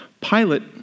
Pilate